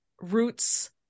Roots